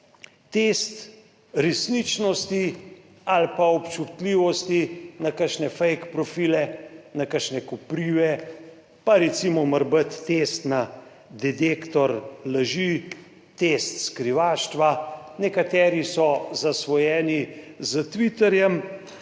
test resničnosti ali pa občutljivosti na kakšne fake profile, na kakšne Koprive pa recimo marbit test, na detektor laži, test skrivaštva. Nekateri so zasvojeni s Twitterjem.